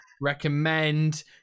recommend